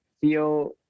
feel